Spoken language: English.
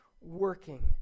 working